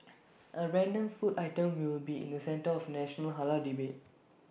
A random food item will be in the centre of national Halal debate